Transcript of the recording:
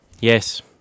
yes